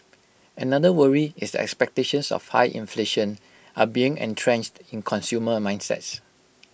another worry is that expectations of high inflation are becoming entrenched in consumer mindsets